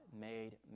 made